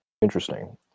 Interesting